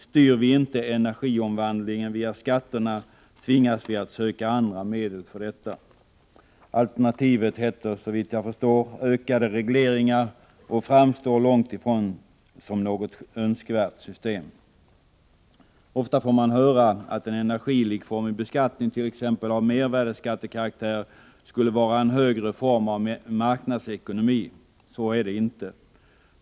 Styr vi inte energiomvandlingen via skatterna, tvingas vi att söka andra medel för detta. Alternativet heter, såvitt jag förstår, ökade regleringar och framstår långt ifrån som något önskvärt system. Ofta får man höra att en energilikformig beskattning, t.ex. av mervärdeskattekaraktär, skulle vara en högre form av marknadsekonomi. Så är det inte.